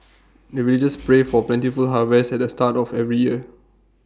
the villagers pray for plentiful harvest at the start of every year